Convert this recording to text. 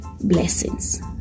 Blessings